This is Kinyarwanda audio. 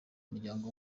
muryango